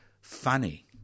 funny